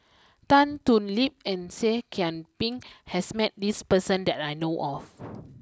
Tan Thoon Lip and Seah Kian Peng has met this person that I know of